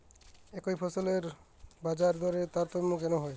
একই ফসলের বাজারদরে তারতম্য কেন হয়?